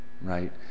right